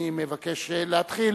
אני מבקש להתחיל